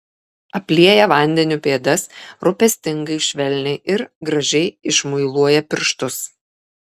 aplieja vandeniu pėdas rūpestingai švelniai ir gražiai išmuiluoja pirštus